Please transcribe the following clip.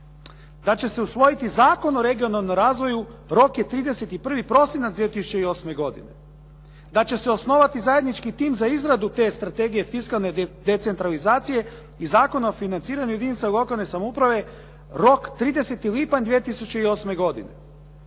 da će se usvojiti Zakon o regionalnom razvoju, rok je 31. prosinac 2008. godine, da će se osnovati zajednički tim za izradu te strategije fiskalne decentralizacije i Zakona o financiranju jedinica lokalne samouprave, rok 30. lipanj 2008. godine,